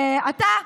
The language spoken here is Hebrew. אתה,